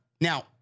Now